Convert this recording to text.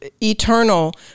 eternal